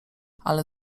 ale